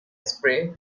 spray